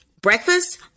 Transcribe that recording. breakfast